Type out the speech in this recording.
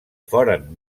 foren